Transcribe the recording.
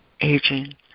aging